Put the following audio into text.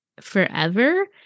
forever